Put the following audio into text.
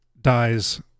dies